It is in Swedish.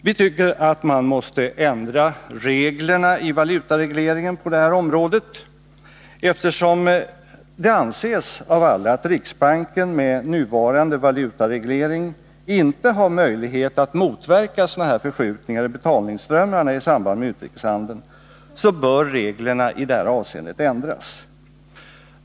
Vi menar att man måste ändra reglerna i valutaregleringen på det här området. Eftersom det avsalla anses att riksbanken med nuvarande valutareglering inte har möjlighet att motverka sådana förskjutningar i betalningsströmmarna i samband med utrikeshandeln, bör reglerna i detta avseende ändras.